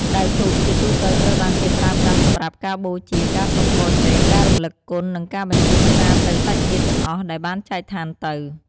ដែលធូបជាទូទៅត្រូវបានគេប្រើប្រាស់សម្រាប់ការបូជា ការសុំពរជ័យ ការរំលឹកគុណ និងការបញ្ជូនសារទៅសាច់ញាតិទាំងអស់ដែលបានចែកឋានទៅ។